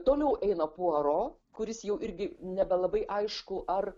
toliau eina puaro kuris jau irgi nebelabai aišku ar